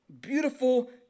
beautiful